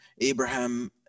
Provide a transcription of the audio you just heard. abraham